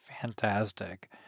fantastic